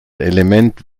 element